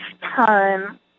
time